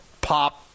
pop